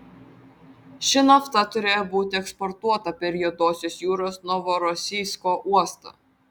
ši nafta turėjo būti eksportuota per juodosios jūros novorosijsko uostą